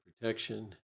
protection